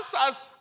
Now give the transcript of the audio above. answers